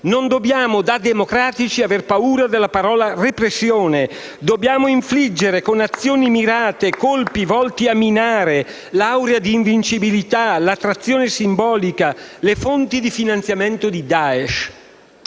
Non dobbiamo, da democratici, avere paura della parola «repressione». *(Applausi del senatore Sonego)*. Dobbiamo infliggere, con azioni mirate, colpi volti a minare l'aura di invincibilità, l'attrazione simbolica, le fonti di finanziamento di Daesh.